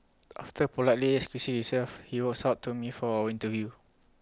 after politely excusing himself he walks up to me for our interview